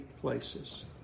places